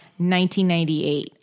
1998